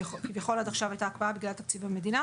שכביכול עד עכשיו הייתה הקפאה בגלל תקציב המדינה